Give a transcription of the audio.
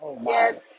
Yes